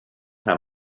how